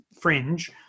fringe